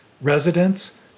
residents